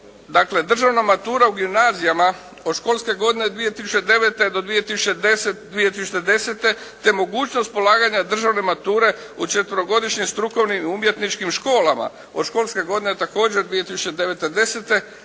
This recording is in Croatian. državna matura u gimnazijama od školske 2009. do 2010. te mogućnost polaganja državne mature u četverogodišnjim strukovnim i umjetničkim školama od školske godine također 2009./2010.